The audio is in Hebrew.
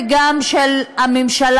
וגם של הממשלה,